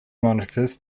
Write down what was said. monitors